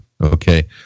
okay